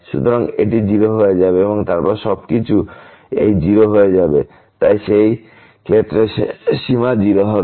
সুতরাং এটি 0 হয়ে যাবে এবং তারপর সবকিছু এই 0 হয়ে যাবে তাই সেই ক্ষেত্রেও সীমা 0 হবে